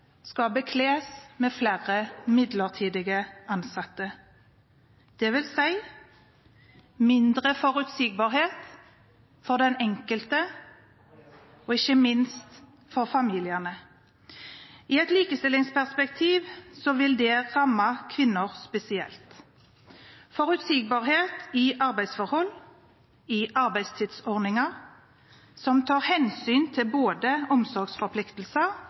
skal bekles med flere midlertidige ansatte, dvs. mindre forutsigbarhet for den enkelte og ikke minst for familiene. I et likestillingsperspektiv vil det ramme kvinner spesielt. Forutsigbarhet i arbeidsforhold og arbeidstidsordninger som tar hensyn til omsorgsforpliktelser,